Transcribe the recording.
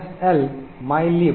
mylib निर्दिष्ट करतो